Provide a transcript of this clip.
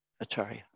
Acharya